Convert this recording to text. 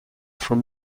from